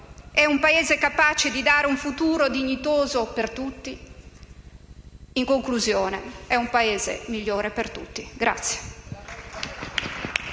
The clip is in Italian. è un Paese capace di dare un futuro dignitoso a tutti. In conclusione, è un Paese migliore per tutti.